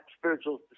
spiritual